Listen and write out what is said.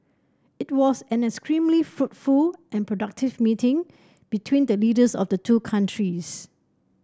it was an extremely fruitful and productive meeting between the leaders of the two countries